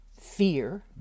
fear